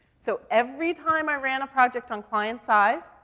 so every time i ran a project on client side,